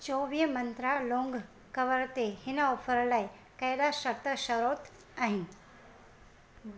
चोवीह मंत्रा लौंग कवर ते हिन ऑफर लाइ कहिड़ा शर्तु शरोत आहिनि